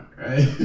right